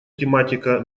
тематика